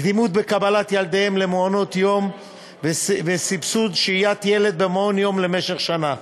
קדימות בקבלת ילדיהן למעונות-יום וסבסוד שהיית ילד במעון-יום למשך שנה,